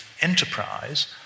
enterprise